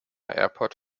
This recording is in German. airport